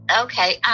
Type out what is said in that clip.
Okay